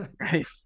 Right